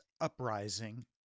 uprising